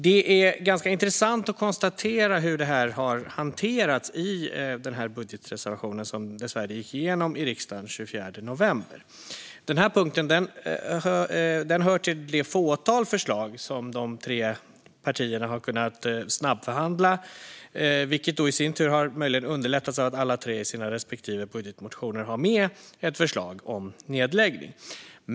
Det är ganska intressant att konstatera hur detta har hanterats i den budgetreservation som dessvärre gick igenom i riksdagen den 24 november. Denna punkt hör till de fåtal förslag som de tre partierna har kunnat snabbförhandla, vilket i sin tur möjligen har underlättats av att alla tre i sina respektive budgetmotioner har med ett förslag om nedläggning.